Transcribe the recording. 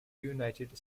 united